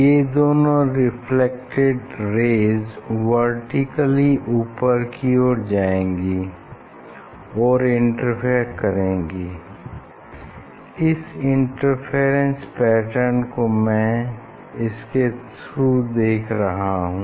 ये दोनों reflected rays vertically ऊपर की ओर जाएंगी और इंटरफेयर करेंगी इस इंटरफेरेंस पैटर्न को मैं इसके थ्रू देख रहा हूँ